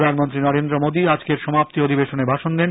প্রধানমন্ত্রী নরেন্দ্র মোদি আজকের সমাপ্তি অধিবেশনে ভাষণ দেন